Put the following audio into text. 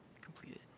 Completed